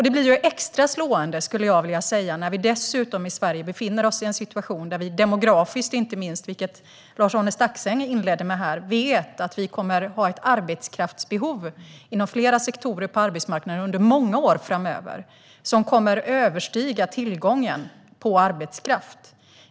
Det blir extra slående, skulle jag vilja säga, när vi dessutom befinner oss i en demografisk situation i Sverige där vi inte minst - vilket Lars-Arne Staxäng talade om - vet att vi inom flera sektorer på arbetsmarknaden och under många år framöver kommer att ha ett arbetskraftsbehov som överstiger tillgången på arbetskraft.